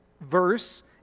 verse